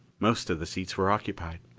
most of the seats were occupied.